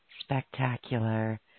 spectacular